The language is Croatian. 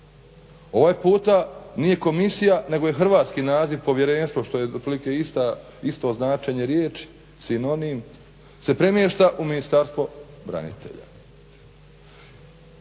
Ovaj puta nije komisija nego je hrvatski naziv povjerenstvo što je otprilike isto značenje riječi, sinonim, se premješta u Ministarstvo branitelja.